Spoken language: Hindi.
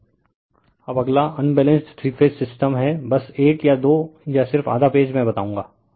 रिफर स्लाइड टाइम 3105 अब अगला अनबैलेंस्ड थ्री फेज सिस्टम है बस एक या दो या सिर्फ आधा पेज मैं बताऊंगा